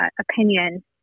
opinion